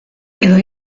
edo